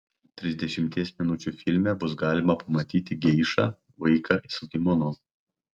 trisdešimties minučių filme bus galima pamatyti geišą vaiką su kimono